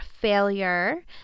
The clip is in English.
failure